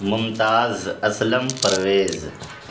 Mumtaz Aslam Pervez